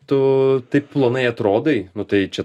tu taip plonai atrodai nu tai čia